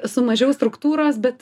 su mažiau struktūros bet